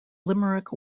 limerick